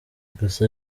gusa